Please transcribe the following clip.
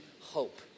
hope